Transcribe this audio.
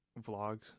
vlogs